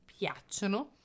piacciono